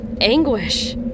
anguish